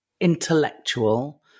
intellectual